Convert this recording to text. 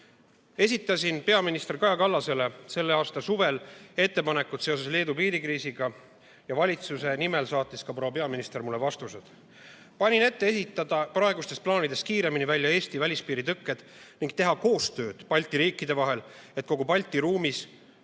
Esitasin peaminister Kaja Kallasele selle aasta suvel ettepanekud seoses Leedu piirikriisiga ja valitsuse nimel saatis proua peaminister mulle ka vastuse. Panin ette ehitada praegustest plaanidest kiiremini välja Eesti välispiiri tõkked ning teha koostööd Balti riikide vahel, et kogu Balti ruumis